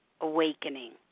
awakening